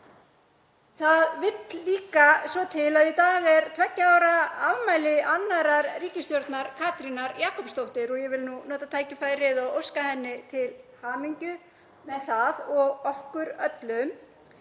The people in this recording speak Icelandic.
Það vill líka svo til að í dag er tveggja ára afmæli annarrar ríkisstjórnar Katrínar Jakobsdóttur og ég vil nú nota tækifærið og óska henni til hamingju með það og okkur öllum.